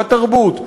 בתרבות,